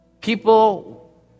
People